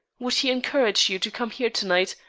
would he encourage you to come here to-night,